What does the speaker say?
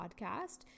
podcast